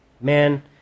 Man